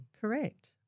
Correct